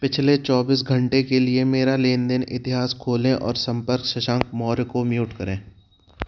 पिछले चौबीस घंटे के लिए मेरा लेनदेन इतिहास खोलें और संपर्क शशांक मौर्य को म्यूट करें